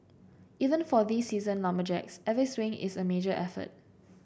even for these seasoned lumberjacks every swing is a major effort